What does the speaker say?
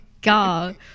god